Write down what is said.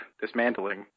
dismantling